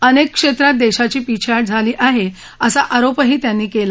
अनेक क्षेत्रात देशाची पीछेहाट झाली आहे असा आरोपही त्यांनी केला